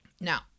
Now